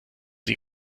sie